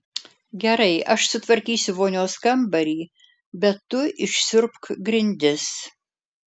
gerai aš sutvarkysiu vonios kambarį bet tu išsiurbk grindis